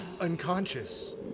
unconscious